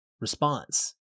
response